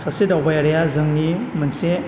सासे दावबायारिया जोंनि मोनसे